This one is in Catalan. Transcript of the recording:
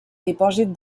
dipòsit